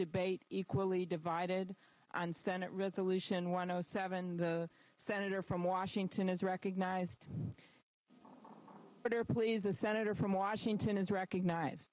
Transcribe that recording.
debate equally divided and senate resolution one o seven the senator from washington is recognized for their pleas a senator from washington is recognized